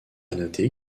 noter